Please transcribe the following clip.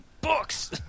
books